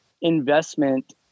investment